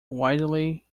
widely